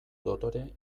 dotore